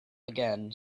again